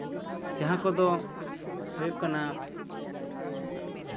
ᱡᱟᱦᱟᱸ ᱠᱚᱫᱚ ᱦᱩᱭᱩᱜ ᱠᱟᱱᱟ